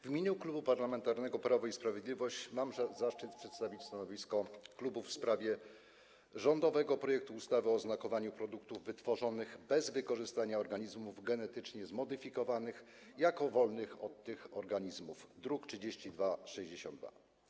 W imieniu Klubu Parlamentarnego Prawo i Sprawiedliwość mam zaszczyt przedstawić stanowisko klubu w sprawie rządowego projektu ustawy o znakowaniu produktów wytworzonych bez wykorzystania organizmów genetycznie zmodyfikowanych jako wolnych od tych organizmów, druk nr 3262.